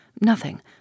Nothing